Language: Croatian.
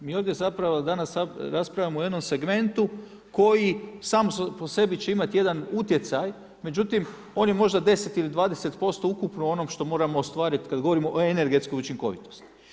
Mi ovdje zapravo danas raspravljamo o jednom segmentu koji sam po sebi će imat jedan utjecaj, međutim on je možda 10 ili 20% ukupno onog što moramo ostvarit kad govorimo o energetskoj učinkovitosti.